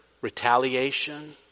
retaliation